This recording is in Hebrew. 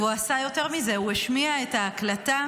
ויותר מזה, הוא השמיע את ההקלטה